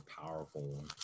powerful